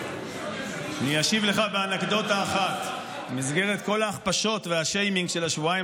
אני אשיב לך באנקדוטה אחת: במסגרת כל ההכפשות והשיימינג של השבועיים